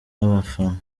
n’abafana